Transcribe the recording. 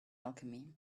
alchemy